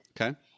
Okay